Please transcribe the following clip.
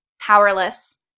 powerless